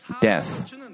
death